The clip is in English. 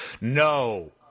No